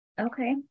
Okay